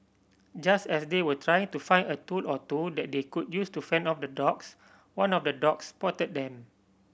just as they were trying to find a tool or two that they could use to fend off the dogs one of the dogs spotted them